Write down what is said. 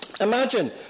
Imagine